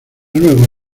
luego